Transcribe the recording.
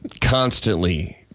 constantly